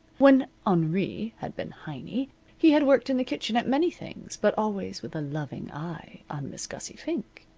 when henri had been heiny he had worked in the kitchen at many things, but always with a loving eye on miss gussie fink.